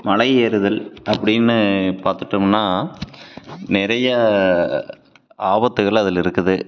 மலை ஏறுதல் அப்டின்னு பார்த்துட்டோம்ன்னா நிறைய ஆபத்துகள் அதில் இருக்குது